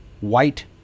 white